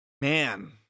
man